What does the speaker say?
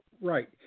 Right